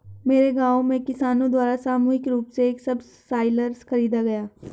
मेरे गांव में किसानो द्वारा सामूहिक रूप से एक सबसॉइलर खरीदा गया